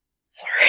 Sorry